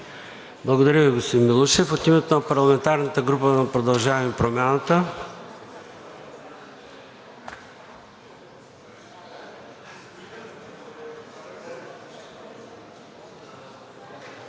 Благодаря Ви, господин Георгиев. От името на парламентарната група „Продължаваме Промяната“?